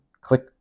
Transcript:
click